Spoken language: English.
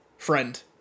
friend